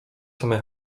same